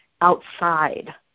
outside